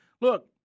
look